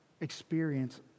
experience